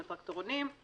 עם הטרקטורונים - רכוסה,